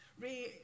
Ray